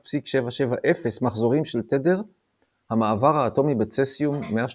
כ-9,192,631,770 מחזורים של תדר המעבר האטומי בצסיום-133.